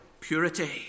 purity